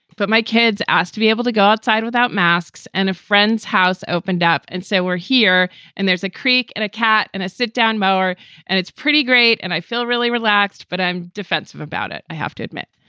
but my kids asked to be able to go outside without masks and a friend's house opened up. and so we're here and there's a creek and a cat and a sit down mauer and it's pretty great and i feel really relaxed, but i'm defensive about it. i have to admit.